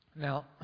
Now